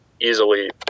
easily